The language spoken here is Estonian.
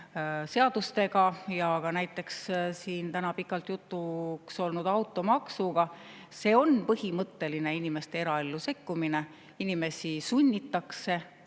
seadustega ja ka näiteks siin täna pikalt jutuks olnud automaksuga. See on põhimõtteline inimeste eraellu sekkumine. Inimesi sunnitakse